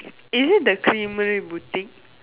is it the Creamery boutique